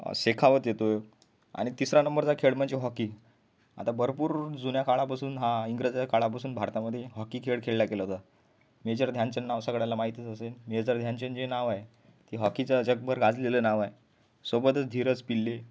शेखावत येतो आणि तिसरा नंबरचा खेळ म्हणजे हॉकी आता भरपूर जुन्या काळापासून हा इंग्रज काळापासून भारतामधे हॉकी खेळ खेळला गेला होता मेजर ध्यानचंद नाव सगळ्यांला माहीतच असेल मेजर ध्यानचंद जे नाव आहे ते हॉकीचं जगभर गाजलेलं नाव आहे सोबतच धीरज पिल्ले